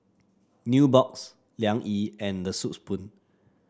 Nubox Liang Yi and The Soup Spoon